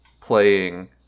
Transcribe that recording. playing